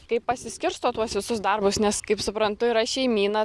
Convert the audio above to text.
kaip pasiskirstot tuos visus darbus nes kaip suprantu yra šeimyna